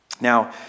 Now